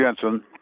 Jensen